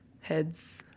heads